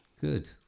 Good